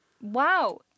Wow